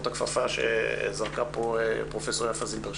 את הכפפה שזרקה פה פרופ' יפה זילברשץ,